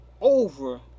over